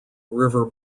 river